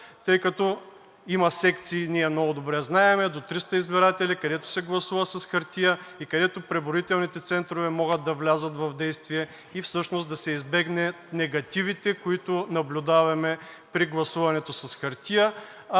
тъй като има секции, ние много добре знаем, до 300 избиратели, където се гласува с хартия и където преброителните центрове могат да влязат в действие и всъщност да се избегнат негативите, които наблюдаваме при гласуването с хартия,